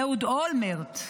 אהוד אולמרט.